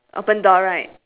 right do you have two